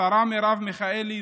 השרה מרב מיכאלי,